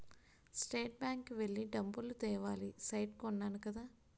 state bank కి వెళ్లి డబ్బులు తేవాలి సైట్ కొన్నాను కదా